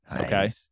Okay